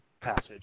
passage